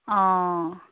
অঁ